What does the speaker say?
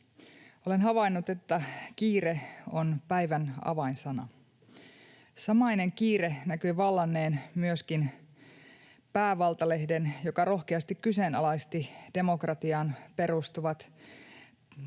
Olen havainnut, että kiire on päivän avainsana. Samainen kiire näkyy vallanneen myöskin päävaltalehden, joka rohkeasti kyseenalaisti demokratian peruskivet